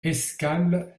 escale